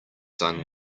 son